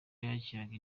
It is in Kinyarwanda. yakiraga